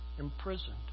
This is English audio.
imprisoned